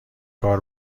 کار